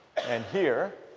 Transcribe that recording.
and here,